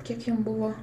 kiek jam buvo